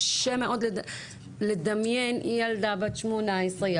קשה מאוד לדמיין ילדה בת 18,